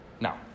Now